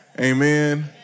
Amen